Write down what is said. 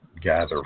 gather